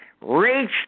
reach